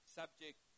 subject